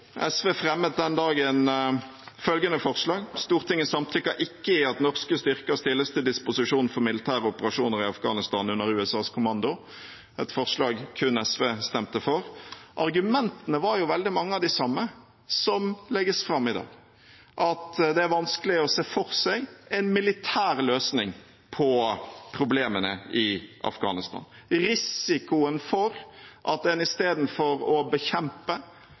SV fremmet den dagen følgende forslag: «Stortinget samtykker ikke i at norske styrker stilles til disposisjon for militære operasjoner i Afghanistan under USAs kommando.» Kun SV stemte for forslaget. Argumentene var jo veldig mange av de samme som legges fram i dag: Det er vanskelig å se for seg en militær løsning på problemene i Afghanistan, risikoen for at en istedenfor å bekjempe